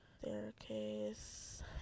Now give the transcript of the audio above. Staircase